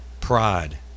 pride